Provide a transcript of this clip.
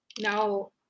now